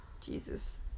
Jesus